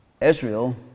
Israel